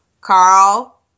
Carl